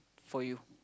for you